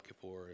Kippur